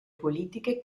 politiche